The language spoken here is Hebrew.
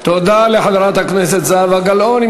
תודה לחברת הכנסת זהבה גלאון.